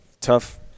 tough